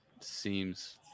seems